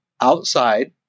outside